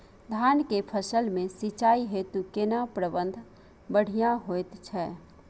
धान के फसल में सिंचाई हेतु केना प्रबंध बढ़िया होयत छै?